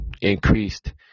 increased